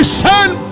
send